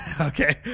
Okay